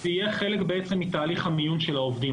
זה יהיה חלק מתהליך המיון של העובדים,